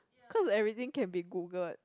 cause everything can be Googled